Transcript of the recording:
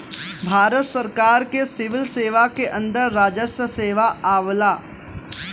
भारत सरकार के सिविल सेवा के अंदर राजस्व सेवा आवला